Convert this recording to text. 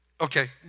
okay